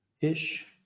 ish